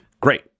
Great